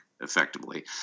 effectively